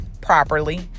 properly